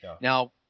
Now